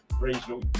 regional